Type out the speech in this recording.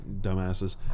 dumbasses